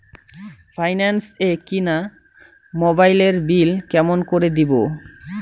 Finance এ কিনা মোবাইলের বিল কেমন করে দিবো?